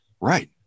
Right